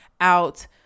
out